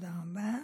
תודה רבה.